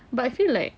but I feel like